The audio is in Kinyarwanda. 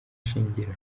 shingiro